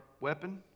weapon